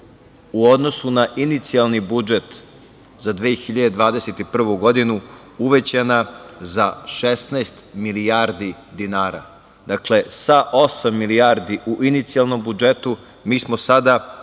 u odnosu na inicijalni budžet za 2021. godinu uvećana za 16 milijardi dinara, dakle, sa osam milijardi u inicijalnom budžetu, mi smo sada u